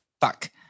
fuck